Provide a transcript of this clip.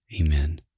Amen